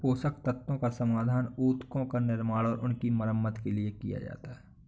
पोषक तत्वों का समाधान उत्तकों का निर्माण और उनकी मरम्मत के लिए किया जाता है